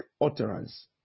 utterance